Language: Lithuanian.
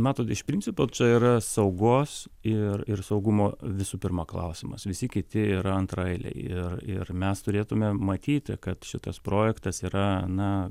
matot iš principo čia yra saugos ir ir saugumo visų pirma klausimas visi kiti yra antraeiliai ir ir mes turėtume matyti kad šitas projektas yra na